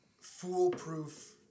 foolproof